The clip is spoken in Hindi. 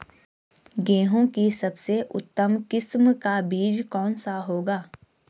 गेहूँ की सबसे उत्तम किस्म का बीज कौन सा होगा?